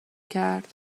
کرد